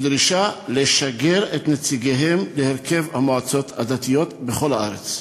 בדרישה לשגר את נציגיהם להרכב המועצות הדתיות בכל הארץ.